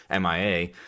MIA